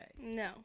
No